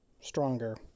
stronger